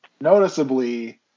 noticeably